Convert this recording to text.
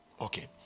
Okay